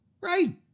Right